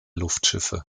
luftschiffe